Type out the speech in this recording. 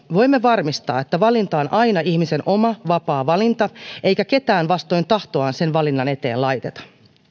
voimme varmistaa että valinta on aina ihmisen oma vapaa valinta eikä ketään vastoin tahtoaan sen valinnan eteen laiteta